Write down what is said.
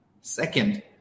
second